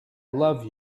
love